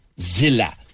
Zilla